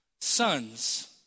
Sons